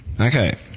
Okay